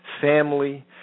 family